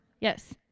Yes